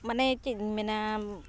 ᱢᱟᱱᱮ ᱪᱮᱫ ᱤᱧ ᱢᱮᱱᱟ